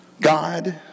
God